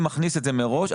מכניס את זה מראש,